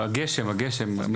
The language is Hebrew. הגשם, הם